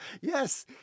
yes